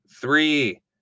Three